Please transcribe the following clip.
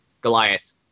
Goliath